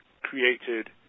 created